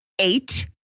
eight